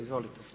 Izvolite.